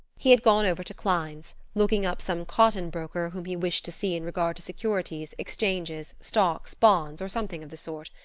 he had gone over to klein's, looking up some cotton broker whom he wished to see in regard to securities, exchanges, stocks, bonds, or something of the sort,